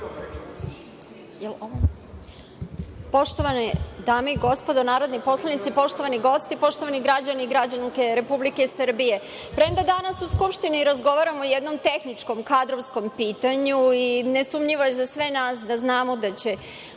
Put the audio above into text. Poštovane dame i gospodo narodni poslanici, poštovani gosti, poštovani građani i građanke Republike Srbije, premda danas u Skupštini razgovaramo o jednom tehničkom kadrovskom pitanju, nesumnjivo je za sve nas da znamo da će